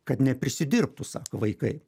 kad ne prisidirbtų sako vaikai